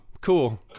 Cool